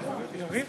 אדוני השר לוין, יריב